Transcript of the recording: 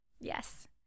Yes